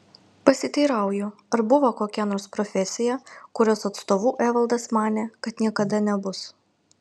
pasiteirauju ar buvo kokia nors profesija kurios atstovu evaldas manė kad niekada nebus